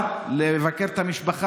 אני הולך לכפר לבקר את המשפחה,